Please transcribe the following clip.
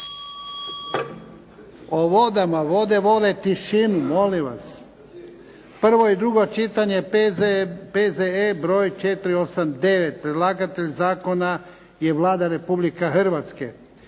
o vodama. Vode vole tišinu, molim vas! Prvo i drugo čitanje, P.Z.E. br. 489. Predlagatelj zakona je Vlada Republike Hrvatske.